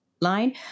line